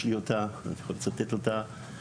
יש לי אותה ואני יכול לצטט אותה.